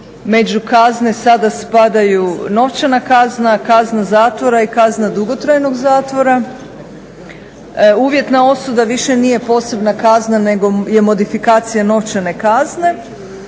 među kazne sada spadaju novčana kazna, kazna zatvora i kazna dugotrajnog zatvora. Uvjetna osuda više nije posebna kazna, nego je modifikacija novčane kazne,